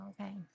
okay